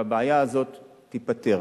והבעיה הזאת תיפתר.